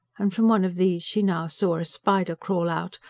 and from one of these she now saw a spider crawl out,